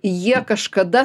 jie kažkada